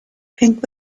pink